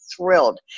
thrilled